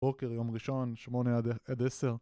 בוקר, יום ראשון, שמונה עד עשר.